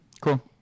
cool